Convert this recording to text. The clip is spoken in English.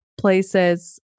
places